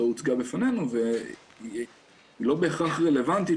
לא הוצגה בפנינו והיא לא בהכרח רלוונטית